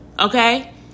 Okay